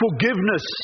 forgiveness